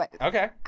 Okay